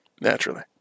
Naturally